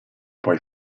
poi